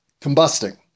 combusting